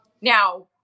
Now